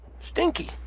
Stinky